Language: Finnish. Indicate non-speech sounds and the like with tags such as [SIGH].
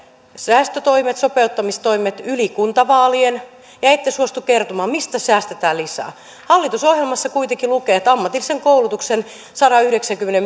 säästötoimet sopeuttamistoimet yli kuntavaalien ja ette suostu kertomaan mistä säästetään lisää hallitusohjelmassa kuitenkin lukee että ammatillisen koulutuksen sadanyhdeksänkymmenen [UNINTELLIGIBLE]